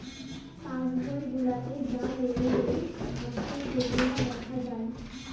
pass বই গুলাতে যা লেলদেল হচ্যে সেগুলা দ্যাখা যায়